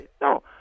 No